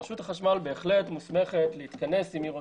רשות החשמל בהחלט מוסמכת להתכנס אם היא רוצה,